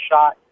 shot